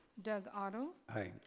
doug otto. i.